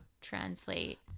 translate